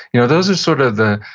you know those are sort of the,